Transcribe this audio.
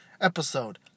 episode